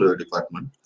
department